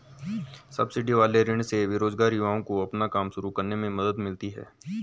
subsidy वाले ऋण से बेरोजगार युवाओं को अपना काम शुरू करने में मदद मिलती है